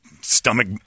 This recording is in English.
stomach